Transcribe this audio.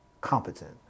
competent